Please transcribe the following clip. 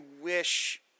wish